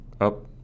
up